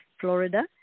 Florida